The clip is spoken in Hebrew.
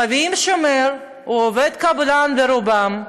מביאים שומר, והם עובדי קבלן ברובם: